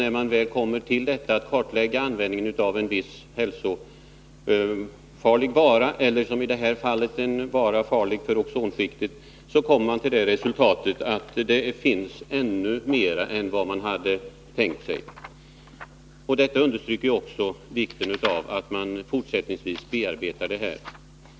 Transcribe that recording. När man väl börjar kartlägga användningen av en viss hälsofarlig vara eller, som i det här fallet, en vara som är farlig för ozonskiktet, finner man ofta att den används ännu mer än vad man hade trott. Detta understryker också vikten av att man fortsättningsvis bearbetar dessa frågor.